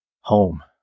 Home